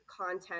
content